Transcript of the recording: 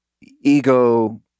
ego